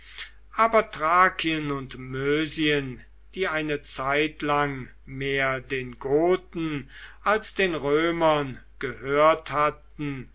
aber thrakien und mösien die eine zeitlang mehr den goten als den römern gehört hatten